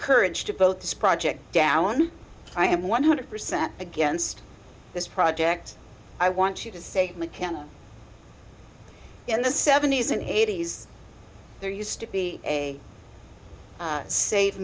courage to both this project down i am one hundred percent against this project i want you to say mckenna in the seventies and eighties there used to be a